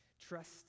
Trust